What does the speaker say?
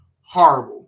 horrible